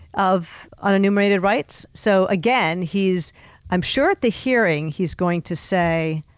of unnumerated rights. so again, he's i'm sure at the hearing, he's going to say,